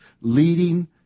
leading